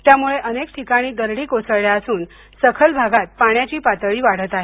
त्यामुळे अनेक ठिकाणी दरडी कोसळल्या असून सखल भागात पाण्याची पातळी वाढत आहे